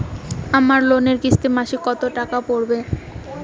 আমার লোনের কিস্তি মাসিক কত টাকা পড়বে?